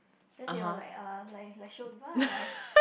then they will like uh like like show people lah like